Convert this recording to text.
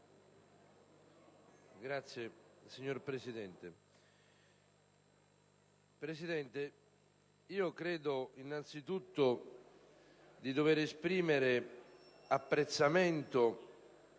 Presidente, credo innanzitutto di dover esprimere apprezzamento